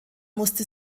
musste